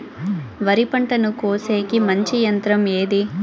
వరి పంటను కోసేకి మంచి యంత్రం ఏది?